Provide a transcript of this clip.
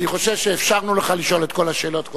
אני חושב שאפשרנו לך לשאול את כל השאלות.